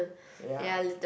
ya